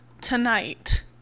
tonight